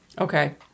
Okay